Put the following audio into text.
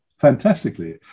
fantastically